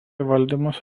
valdymas